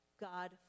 God